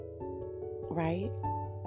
right